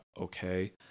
Okay